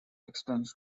extends